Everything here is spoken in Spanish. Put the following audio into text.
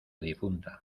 difunta